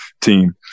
team